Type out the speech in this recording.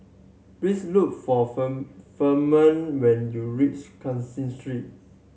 please look for Ferman when you reach Cashin Street